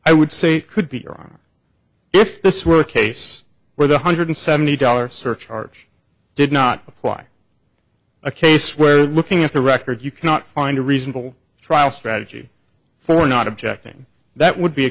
i would say could be wrong if this were a case where the hundred seventy dollars surcharge did not apply a case where looking at the record you cannot find a reasonable trial strategy for not objecting that would be a